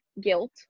guilt